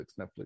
netflix